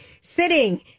sitting